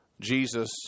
Jesus